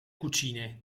cucine